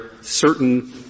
certain